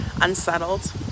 unsettled